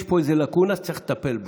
יש פה איזה לקונה שצריך לטפל בה.